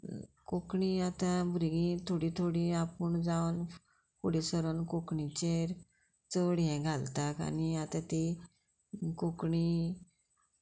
कोंकणी आतां भुरगीं थोडीं थोडीं आपूण जावन फुडें सरून कोंकणीचेर चड हें घालतात आनी आतां ती कोंकणी